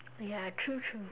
ya true true